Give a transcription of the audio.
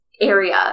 area